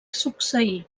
succeir